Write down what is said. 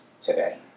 today